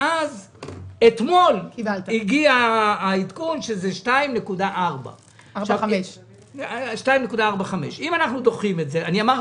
אתמול הגיע העדכון שזה 2.45%. היות